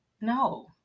no